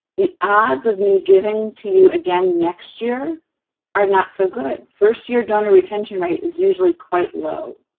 the odds of me giving to you again next year are not so good. first-year donor retention rate is usually quite low.